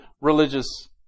religious